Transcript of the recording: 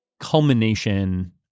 culmination